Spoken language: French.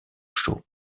chaud